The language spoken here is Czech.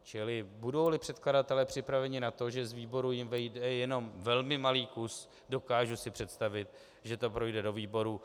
Čili budouli předkladatelé připraveni na to, že z výboru jim vyjde jenom velmi malý kus, dokážu si představit, že to projde do výboru.